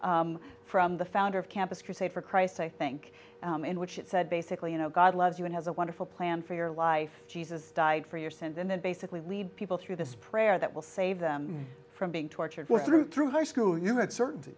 laws from the founder of campus crusade for christ i think in which it said basically you know god loves you and has a wonderful plan for your life jesus died for your sins and then basically lead people through this prayer that will save them from being tortured for through through high school you're a certain